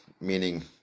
meaning